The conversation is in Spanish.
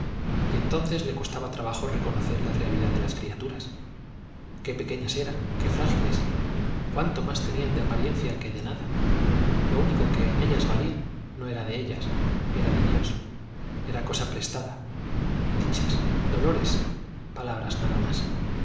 y entonces le costaba trabajo reconocer la realidad de las criaturas qué pequeñas eran qué frágiles cuánto más tenían de apariencia que de nada lo único que en ellas valía no era de ellas era de dios era cosa prestada dichas dolores palabras nada más